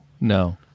no